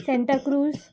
Santa cruise